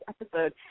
episode